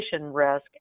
risk